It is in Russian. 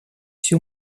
всю